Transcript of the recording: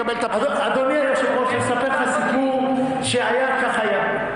אדוני היושב ראש, אני אספר לך סיפור שהיה כך היה.